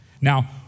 Now